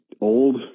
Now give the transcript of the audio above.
old